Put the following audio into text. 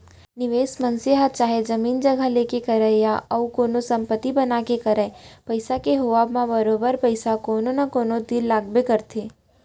निवेस मनसे ह चाहे जमीन जघा लेके करय या अउ कोनो संपत्ति बना के करय पइसा के होवब म बरोबर पइसा कोनो न कोनो तीर लगाबे करथे